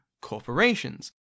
corporations